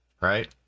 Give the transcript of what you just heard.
right